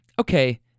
Okay